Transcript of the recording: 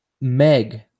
Meg